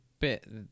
bit